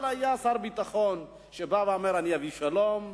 אבל היה שר ביטחון שבא ואמר: אני אביא שלום,